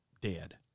dead